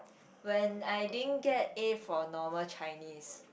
when I didn't get A for normal Chinese